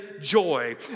joy